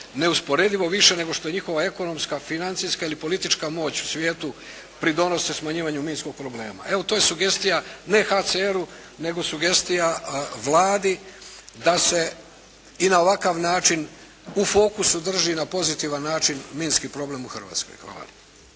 neusporedivo više nego što njihova ekonomska, financijska ili politička moć u svijetu pridonose smanjivanju minskog problema. Evo, to je sugestija ne HCR-u nego sugestija Vladi da se i na ovakav način u fokusu drži na pozitivan način minski problem u Hrvatskoj.